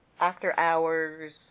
after-hours